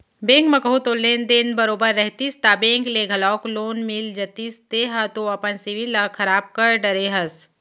bank म कहूँ तोर लेन देन बरोबर रहितिस ता बेंक ले घलौक लोन मिल जतिस तेंहा तो अपन सिविल ल खराब कर डरे हस